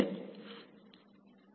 વિદ્યાર્થી 1